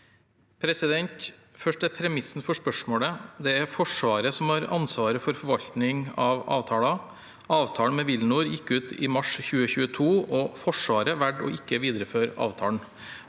Først til pre- misset for spørsmålet. Det er Forsvaret som har ansvaret for forvaltning av avtaler. Avtalen med WilNor gikk ut i mars 2022, og Forsvaret valgte ikke å videreføre avtalen.